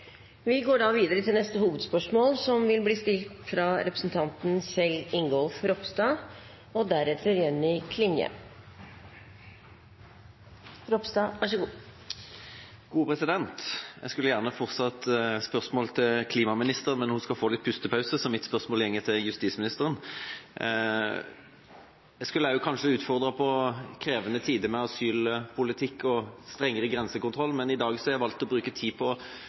Vi går til neste hovedspørsmål. Jeg skulle gjerne fortsatt med spørsmål til klimaministeren, men hun skal få litt pustepause, så mitt spørsmål går til justisministeren. Jeg skulle kanskje utfordret ham på krevende tider med asylpolitikk og strengere grensekontroll, men i dag har jeg valgt å bruke tid på